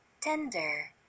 tender